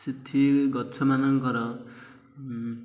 ସେଠି ଗଛମାନଙ୍କର